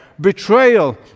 betrayal